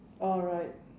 alright